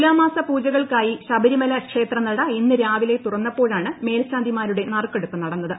തുലാമാസ പൂജകൾക്കായി ശബരിമല ക്ഷേത്രനട ഇന്ന് രാവിലെ തുറന്നപ്പോഴാണ് മേൽശാന്തിമാരുടെ നറുക്കെടുപ്പ് നടന്നത്